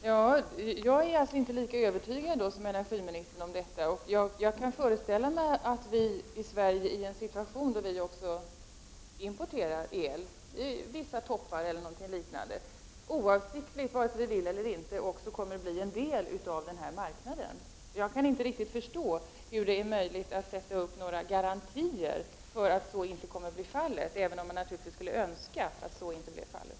Herr talman! Jag är inte lika övertygad som energiministern om detta. Jag kan föreställa mig att vi i Sverige får en situation då också vi importerar el, vid vissa toppar eller liknande. Oavsiktligt, vare sig vi vill det eller inte, kommer vi att bli en del av marknaden för billig kärnkraftsel. Jag kan inte riktigt förstå hur det är möjligt att sätta upp några garantier för att så inte kommer att bli fallet, även om man naturligtvis skulle önska att så inte blir fallet.